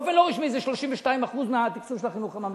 ובאופן לא רשמי זה 32% מהתקציב של החינוך הממלכתי.